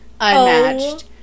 unmatched